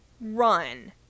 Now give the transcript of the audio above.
run